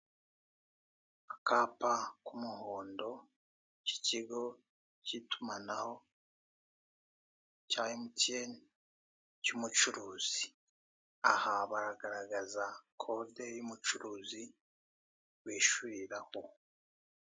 Akapa k'umuhondo k'ikigo k'itumanaho cya emutiyene cy'umucuruzi, aha baragaragaza kode y'umucuruzi wishyuriraho.